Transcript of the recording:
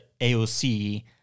AOC